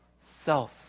self